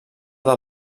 del